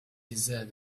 desert